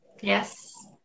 Yes